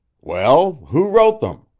well, who wrote them?